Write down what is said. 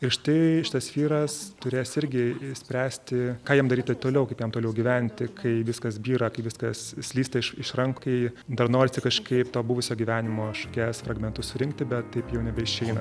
ir štai šitas vyras turės irgi spręsti ką jam daryti toliau kaip jam toliau gyventi kai viskas byra kai viskas slysta iš iš rankų kai dar norisi kažkaip to buvusio gyvenimo šukes fragmentus surinkti bet taip jau nebeišeina